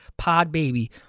podbaby